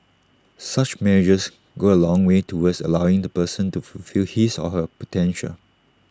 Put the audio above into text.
such measures go A long way towards allowing the person to fulfil his or her potential